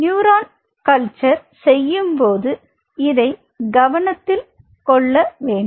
neuron culture செய்யும்போது இதை கவனத்தில் கொள்ள வேண்டும்